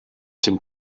dem